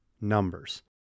numbers